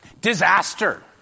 Disaster